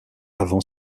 avant